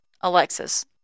Alexis